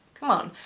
come on.